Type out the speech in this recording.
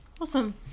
Awesome